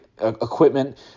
Equipment